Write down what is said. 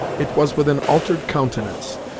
it was with an altered countenance.